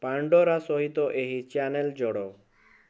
Pandora ସହିତ ଏହି channel ଯୋଡ଼